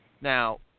now